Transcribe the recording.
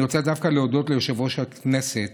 אני רוצה דווקא להודות ליושב-ראש הכנסת